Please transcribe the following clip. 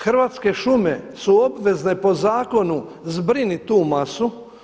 Hrvatske šume su obvezne po zakonu zbrinuti tu masu.